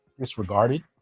disregarded